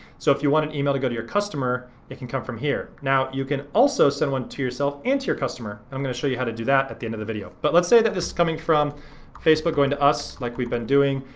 so if you want an email to go to your customer, it can come from here. now, you can also send one to yourself and to your customer and i'm gonna show you how to do that at the end of the video but let's say that this is coming from facebook going to us like we've been doing.